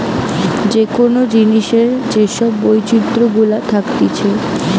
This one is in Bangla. যে কোন জিনিসের যে সব বৈচিত্র গুলা থাকতিছে